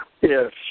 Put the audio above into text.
Yes